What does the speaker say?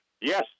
Yes